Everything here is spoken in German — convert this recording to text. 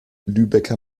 lübecker